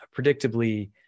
predictably